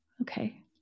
Okay